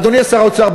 אדוני שר האוצר,